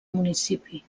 municipi